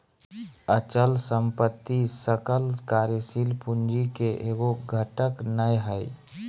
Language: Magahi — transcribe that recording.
अचल संपत्ति सकल कार्यशील पूंजी के एगो घटक नै हइ